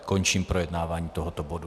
Končím projednávání tohoto bodu.